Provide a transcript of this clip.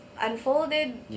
unfolded